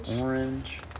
Orange